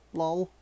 lol